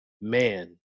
man